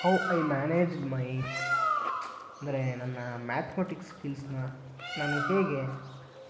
how I managed my ಅಂದರೆ ನನ್ನ mathematics ಸ್ಕಿಲ್ಸನ್ನ ನಾನು ಹೇಗೆ